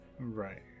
Right